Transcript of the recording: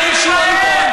אתה עושה אישי והוא סמל.